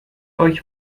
euch